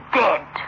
dead